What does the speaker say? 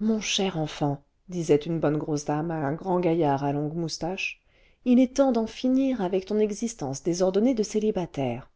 mon cher enfant disait une bonne grosse dame à un grand gaillard à longues moustaches il est temps d'en finir avec ton existence désordonnée de célibataire